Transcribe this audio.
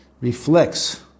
reflects